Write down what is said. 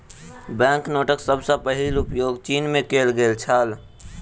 bank नोटक सभ सॅ पहिल उपयोग चीन में कएल गेल छल